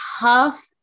tough